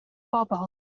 bobl